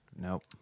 Nope